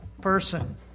person